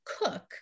cook